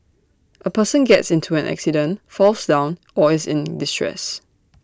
A person gets into an accident falls down or is in distress